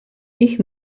ich